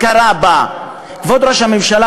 הכרה בה כבוד ראש הממשלה,